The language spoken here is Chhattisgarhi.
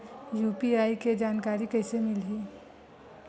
यू.पी.आई के जानकारी कइसे मिलही?